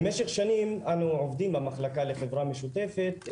במשך שנים אנו עובדים במחלקה לחברה משותפת,